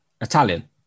Italian